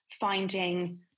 finding